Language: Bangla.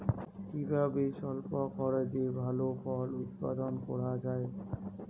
কিভাবে স্বল্প খরচে ভালো ফল উৎপাদন করা যায়?